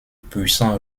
puissant